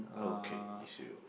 okay is you